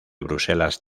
bruselas